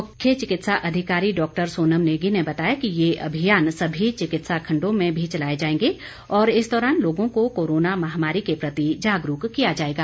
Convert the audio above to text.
मुख्य चिकित्सा अधिकारी डॉक्टर सोनम नेगी ने बताया कि ये अभियान सभी चिकित्सा खंडों में भी चलाए जाएंगे और इस दौरान लोगों को कोरोना महामारी के प्रति जागरूक किया जाएगा